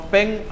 Peng